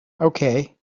okay